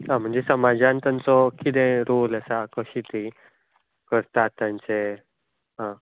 आं म्हणजे समाजान तेंचो कितें रोल आसा कशीं तीं करता तांचें आं तसो आं आं आं